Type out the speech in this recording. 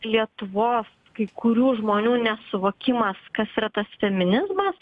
lietuvos kai kurių žmonių nesuvokimas kas yra tas feminizmas